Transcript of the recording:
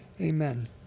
amen